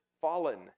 fallen